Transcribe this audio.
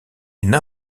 une